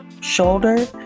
shoulder